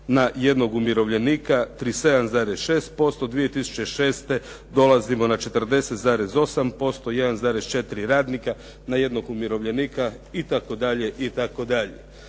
na jednog umirovljenika 37,6%. 2006. dolazimo na 40,8%, 1,4 radnika na jednog umirovljenika itd.